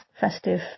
festive